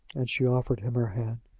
and she offered him her hand.